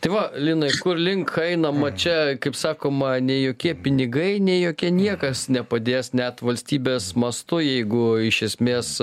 tai va linai kur link einama čia kaip sakoma nei jokie pinigai nei jokie niekas nepadės net valstybės mastu jeigu iš esmės